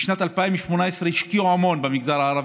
בשנת 2018 השקיעו המון במגזר הערבי,